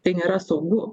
tai nėra saugu